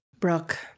Brooke